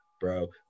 bro